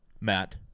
Matt